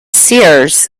seers